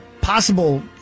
possible